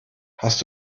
hast